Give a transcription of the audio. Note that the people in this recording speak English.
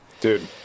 Dude